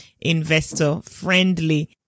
investor-friendly